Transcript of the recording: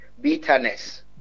bitterness